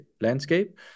landscape